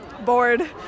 bored